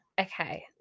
Okay